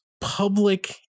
public